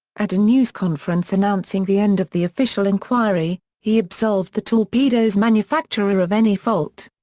at a news conference announcing the end of the official inquiry, he absolved the torpedo's manufacturer of any fault.